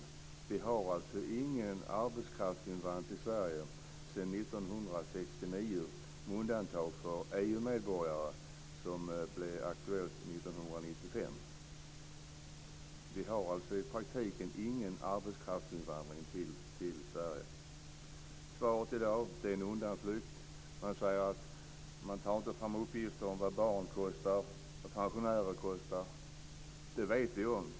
Sedan 1969 har vi ingen arbetskraftsinvandring till Sverige, med undantag för EU-medborgare, vilket blev aktuellt 1995. Vi har alltså i praktiken ingen arbetskraftsinvandring till Svaret i dag är en undanflykt. Man säger att man inte tar fram uppgifter om vad barn och pensionärer kostar. Men det vet vi om!